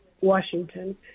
Washington